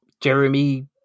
Jeremy